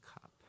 cup